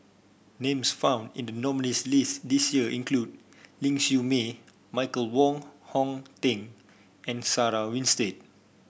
names found in the nominees' list this year include Ling Siew May Michael Wong Hong Teng and Sarah Winstedt